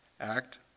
Act